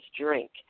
drink